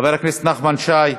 חבר הכנסת נחמן שי,